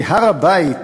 כי הר-הבית